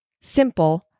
simple